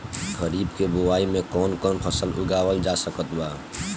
खरीब के बोआई मे कौन कौन फसल उगावाल जा सकत बा?